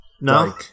No